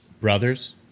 Brothers